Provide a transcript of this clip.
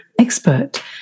expert